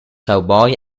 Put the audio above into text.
cowboy